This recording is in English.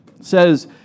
says